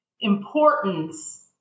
importance